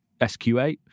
SQ8